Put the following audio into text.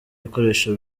bikoresho